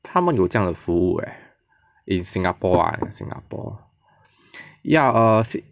他们有这样的服务 leh in singapore ah singapore ya err